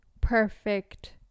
perfect